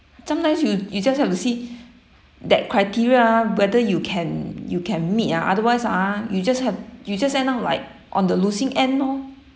sometimes you you just have to see that criteria ah whether you can you can meet ah otherwise ah you just have you just said now like on the losing end lor